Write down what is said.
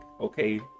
okay